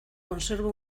conservo